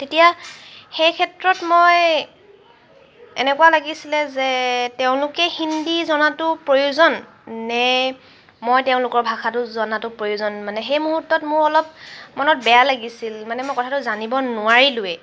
তেতিয়া সেই ক্ষেত্ৰত মই এনেকুৱা লাগিছিলে যে তেওঁলোকে হিন্দী জনাতো প্ৰয়োজন নে মই তেওঁলোকৰ ভাষাটো জনাতো প্ৰয়োজন মানে সেই মূহুৰ্তত মোৰ অলপ মনত বেয়া লাগিছিল মানে মই কথাটো জানিব নোৱাৰিলোৱেই